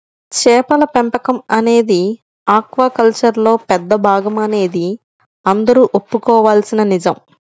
చేపల పెంపకం అనేది ఆక్వాకల్చర్లో పెద్ద భాగమనేది అందరూ ఒప్పుకోవలసిన నిజం